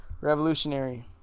revolutionary